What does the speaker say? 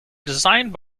designed